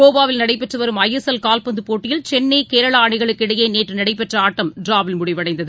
கோவாவில் நடைபெற்றுவரும் ஐஎஸ்எல் கால்பந்துப் போட்டியில் சென்னை கேரளாஅணிகளுக்கு இடையேநேற்றுநடைபெற்றஆட்டம் டிராவில் முடிவடைந்தது